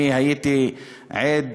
אני הייתי עד,